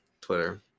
Twitter